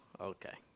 Okay